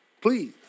Please